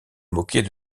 moquer